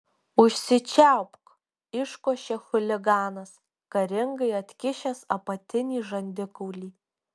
užsičiaupk iškošė chuliganas karingai atkišęs apatinį žandikaulį